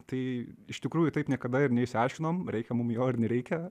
tai iš tikrųjų taip niekada ir neišsiaiškinom reikia mum jo ar nereikia